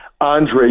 Andre